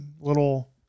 little